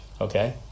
Okay